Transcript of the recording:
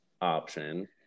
option